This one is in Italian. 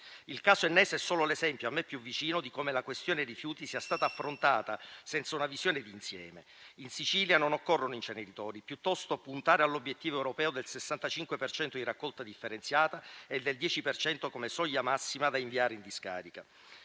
Il caso ennese è solo l'esempio a me più vicino di come la questione rifiuti sia stata affrontata senza una visione di insieme. In Sicilia non occorrono inceneritori, ma piuttosto puntare all'obiettivo europeo del 65 per cento di raccolta differenziata e del 10 per cento come soglia massima da inviare in discarica.